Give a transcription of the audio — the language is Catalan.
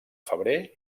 febrer